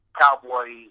Cowboy